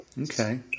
Okay